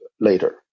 later